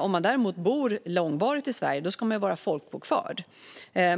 Om man däremot bor långvarigt i Sverige ska man vara folkbokförd.